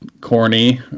corny